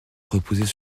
reposait